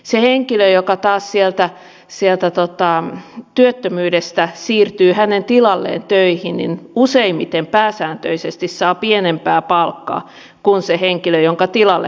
se henkilö joka taas sieltä työttömyydestä siirtyy hänen tilalleen töihin useimmiten pääsääntöisesti saa pienempää palkkaa kuin se henkilö jonka tilalle hän on tullut